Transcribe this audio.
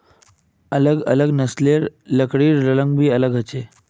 अलग अलग नस्लेर लकड़िर रंग भी अलग ह छे